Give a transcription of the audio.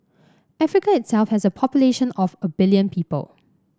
Africa itself has a population of a billion people